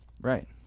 right